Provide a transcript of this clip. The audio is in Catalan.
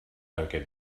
perquè